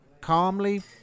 calmly